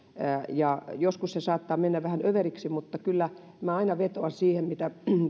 joskus se saattaa mennä vähän överiksi mutta kyllä aina vetoan siihen mitä